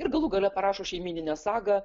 ir galų gale parašo šeimyninę sagą